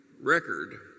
record